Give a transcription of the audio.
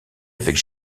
avec